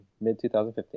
mid-2015